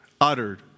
uttered